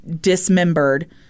dismembered